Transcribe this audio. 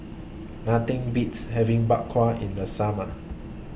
Nothing Beats having Bak Kwa in The Summer